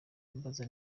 ambaza